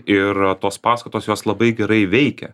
ir tos paskatos jos labai gerai veikia